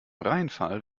rheinfall